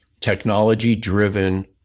technology-driven